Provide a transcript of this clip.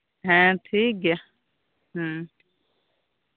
ᱦᱮᱸ ᱴᱷᱤᱠ ᱜᱮᱭᱟ ᱦᱮᱸ